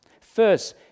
First